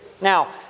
Now